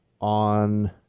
on